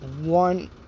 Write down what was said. one